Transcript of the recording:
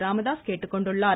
ராமதாஸ் கேட்டுக்கொண்டுள்ளார்